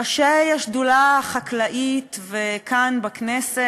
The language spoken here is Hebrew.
ראשי השדולה החקלאית וכאן בכנסת,